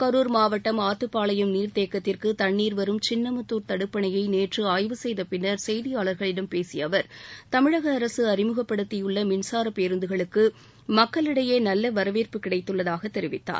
கரூர் மாவட்டம் ஆத்துப்பாளையம் நீர்த்தேக்கத்திற்கு தண்ணீர் வரும் சின்னமுத்தார் தடுப்பணையை நேற்று ஆய்வு செய்த பின்னர் செய்தியாளர்களிடம் பேசிய அவர் தமிழக அரசு அறிமுகப்படுத்தியுள்ள மின்சார பேருந்துகளுக்கு மக்களிடையே நல்ல வரவேற்பு கிடைத்துள்ளதாக தெரிவித்தார்